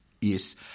yes